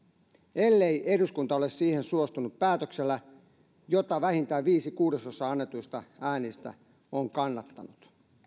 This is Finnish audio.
ellei eduskunta ole siihen suostunut päätöksellä jota vähintään viisi kuudesosaa annetuista äänistä on kannattanut